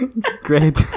Great